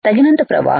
తగినంత ప్రవాహం